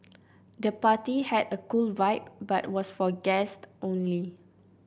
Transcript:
the party had a cool vibe but was for guests only